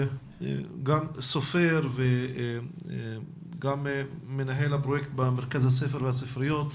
גם סופר וגם מנהל הפרויקט במרכז הספר והספריות.